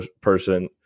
person